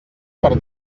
per